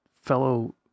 fellow